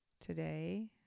today